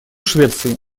швеции